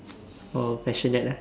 orh passionate ah